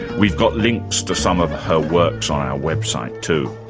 we've got links to some of her works on our website, too.